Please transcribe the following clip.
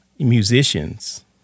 Musicians